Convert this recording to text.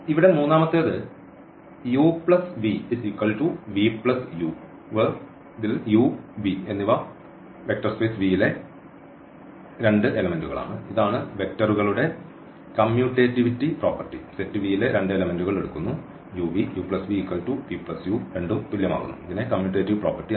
ഇവിടെ മൂന്നാമത്തേത് u v v u u v∈V ഇതാണ് വെക്റ്ററുകളുടെ കമ്യൂട്ടേറ്റിവിറ്റി പ്രോപ്പർട്ടി